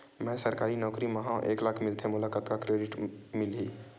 मैं सरकारी नौकरी मा हाव एक लाख मिलथे मोला कतका के क्रेडिट मिलही?